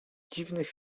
dziwnych